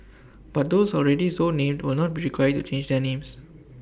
but those already so named will not be required to change their names